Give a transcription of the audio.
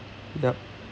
yup